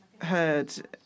heard